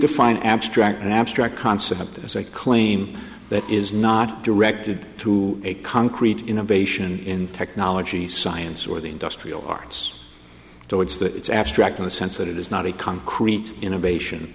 define abstract an abstract concept as a claim that is not directed to a concrete innovation in technology science or the industrial arts towards that it's abstract in the sense that it is not a concrete innovation